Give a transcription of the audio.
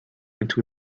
into